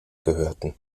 gehörten